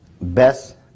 best